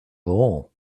all